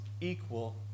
equal